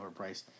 overpriced